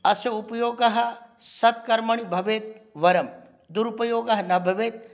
अस्य उपयोगः सत्कर्मणि भवेत् वरं दुरुपयोगः न भवेत्